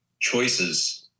choices